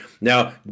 now